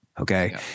Okay